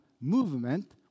movement